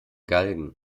galgen